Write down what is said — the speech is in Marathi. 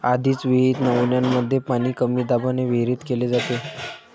आधीच विहित नमुन्यांमध्ये पाणी कमी दाबाने वितरित केले जाते